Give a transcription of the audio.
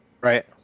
Right